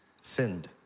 sinned